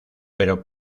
pero